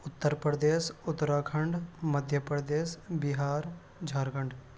Uttar Pradesh Uttarakhand Madhya Pradesh Bihar Jharkhand